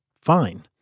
fine